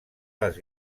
les